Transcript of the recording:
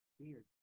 Weird